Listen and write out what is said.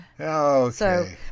Okay